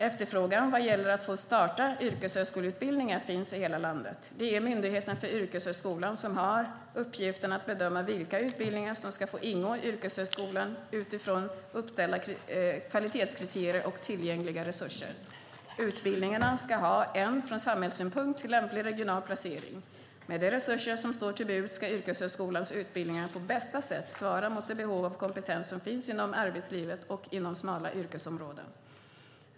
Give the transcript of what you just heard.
Efterfrågan vad gäller att få starta yrkeshögskoleutbildningar finns i hela landet. Det är Myndigheten för yrkeshögskolan som har uppgiften att bedöma vilka utbildningar som ska få ingå i yrkeshögskolan utifrån uppställda kvalitetskriterier och tillgängliga resurser. Utbildningarna ska ha en från samhällssynpunkt lämplig regional placering. Med de resurser som står till buds ska yrkeshögskolans utbildningar på bästa sätt svara mot det behov av kompetens som finns inom arbetslivet och inom smala yrkesområden.